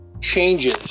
changes